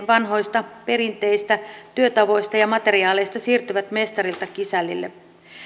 vanhoista perinteisistä työtavoista ja ja materiaaleista siirtyvät mestarilta kisällille